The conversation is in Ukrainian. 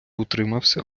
утримався